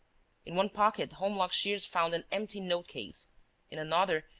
in one pocket, holmlock shears found an empty note-case in another,